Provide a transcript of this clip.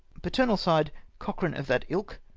paternal side. cochran of that ilk.